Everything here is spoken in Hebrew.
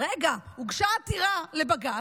רגע, הוגשה עתירה לבג"ץ.